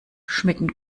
schmecken